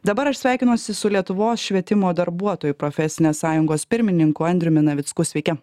dabar aš sveikinuosi su lietuvos švietimo darbuotojų profesinės sąjungos pirmininku andriumi navicku sveiki